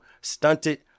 Stunted